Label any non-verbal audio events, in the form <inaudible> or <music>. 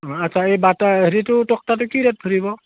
অঁ আচ্ছা এই <unintelligible> হেৰিটো তক্তাটো কি ৰেট ধৰিব